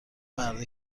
مردا